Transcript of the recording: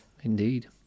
Indeed